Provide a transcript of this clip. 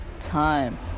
time